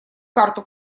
карту